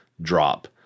drop